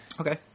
Okay